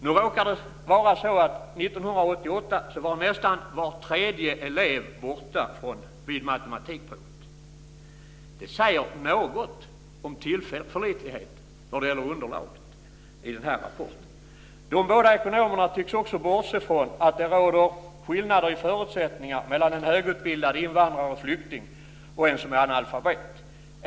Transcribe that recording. Nu råkar det vara så att 1998 var nästan var tredje elev borta vid matematikprovet. Det säger något om tillförlitligheten vad gäller underlaget till rapporten. De båda ekonomerna tycks också bortse från att det råder skillnader i förutsättningar mellan en högutbildad invandrare eller flykting och en som är analfabet.